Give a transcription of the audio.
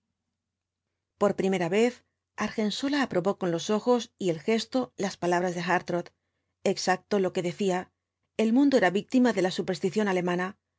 por primera vez argensola aprobó con los ojos y el gesto las palabras de hartrott exacto lo que decía el mundo era víctima de la superstición alemana